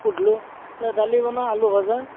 সুধিলোঁ বোলে দালি বনোৱা আলু ভাজা